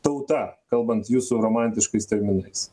tauta kalbant jūsų romantiškais terminais